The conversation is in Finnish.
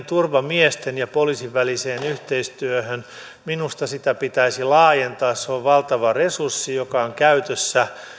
turvamiesten ja poliisin väliseen yhteistyöhön että minusta sitä pitäisi laajentaa se on valtava resurssi joka on käytössä